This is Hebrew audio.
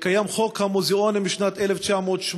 קיים חוק המוזיאונים משנת 1983,